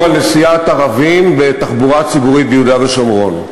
נסיעת ערבים בתחבורה ציבורית ביהודה ושומרון.